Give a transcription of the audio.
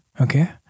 okay